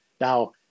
Now